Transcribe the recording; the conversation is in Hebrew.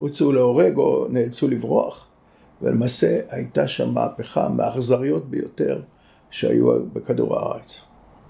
הוצאו להורג או נאלצו לברוח ולמעשה הייתה שם מהפכה מהאכזריות ביותר שהיו בכדור הארץ